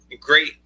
Great